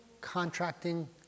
contracting